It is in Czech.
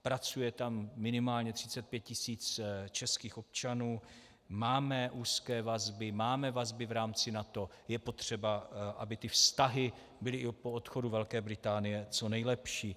Pracuje tam minimálně 35 tis. českých občanů, máme úzké vazby, máme vazby v rámci NATO, je potřeba, aby ty vztahy byly i po odchodu Velké Británie co nejlepší.